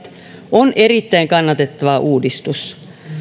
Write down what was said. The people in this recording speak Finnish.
on erittäin kannatettava uudistus